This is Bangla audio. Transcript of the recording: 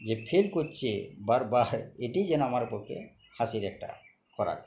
যে ফেল করছে বারবারার এটই যেন আমার পক্ষে হাসির একটা খরা